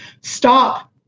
stop